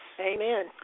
Amen